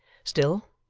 still,